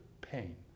pain